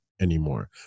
anymore